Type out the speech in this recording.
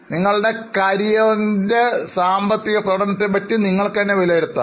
നിങ്ങളുടെ കരിയറിനെ സാമ്പത്തിക പ്രകടനത്തെക്കുറിച്ച് നിങ്ങൾക്ക് വിലയിരുത്താം